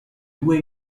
due